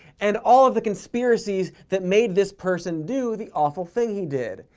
and all of the conspiracies that made this person do the awful thing he did.